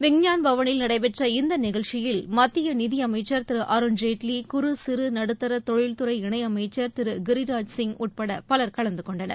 விஞ்ஞான் பவனில் நடைபெற்ற இந்த நிகழ்ச்சியில் மத்திய நிதியமைச்சர் திரு அருண் ஜேட்லி குறு சிறு நடுத்தர தொழில்துறை இணை அமைச்சர் திரு கிரிராஜ் சிங் உட்பட பலர் கலந்துகொண்டனர்